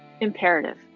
imperative